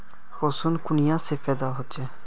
पोषण कुनियाँ से पैदा होचे?